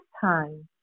time